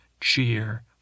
cheer